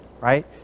right